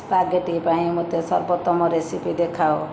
spaghetti ପାଇଁ ମୋତେ ସର୍ବୋତ୍ତମ ରେସିପି ଦେଖାଅ